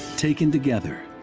taken together,